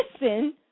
listen